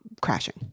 crashing